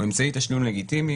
הוא אמצעי תשלום לגיטימי,